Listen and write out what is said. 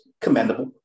commendable